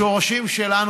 השורשים שלנו,